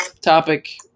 topic